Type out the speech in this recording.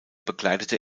bekleidete